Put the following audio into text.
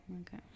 Okay